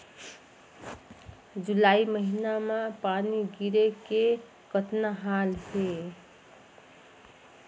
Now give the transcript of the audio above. जुलाई महीना म पानी गिरे के कतना हाल हे?